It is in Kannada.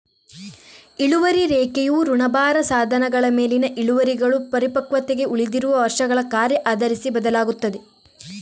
ಇಳುವರಿ ರೇಖೆಯು ಋಣಭಾರ ಸಾಧನಗಳ ಮೇಲಿನ ಇಳುವರಿಗಳು ಪರಿಪಕ್ವತೆಗೆ ಉಳಿದಿರುವ ವರ್ಷಗಳ ಕಾರ್ಯ ಆಧರಿಸಿ ಬದಲಾಗುತ್ತದೆ